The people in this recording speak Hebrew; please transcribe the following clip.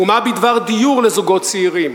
ומה בדבר דיור לזוגות צעירים?